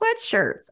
sweatshirts